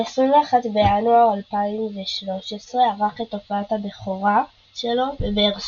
ב-21 בינואר 2013 ערך את הופעת הבכורה שלו בבאר שבע,